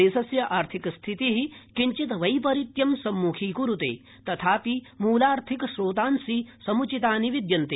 देशस्य आर्थिक स्थिति किञ्चित् वैपरित्यं सम्मुखी करुते तथापि मूलार्थिकस्रोतांसि समुचितानि विद्यन्ते